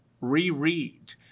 reread